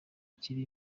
kiri